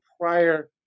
prior